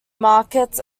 market